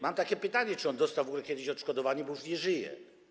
Mam takie pytanie, czy on w ogóle dostał kiedyś odszkodowanie, bo już nie żyje.